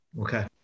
Okay